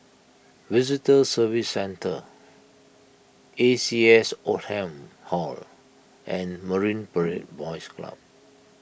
Visitor Services Centre A C S Oldham Hall and Marine Parade Boys Club